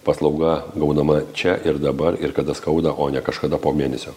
paslauga gaudama čia ir dabar ir kada skauda o ne kažkada po mėnesio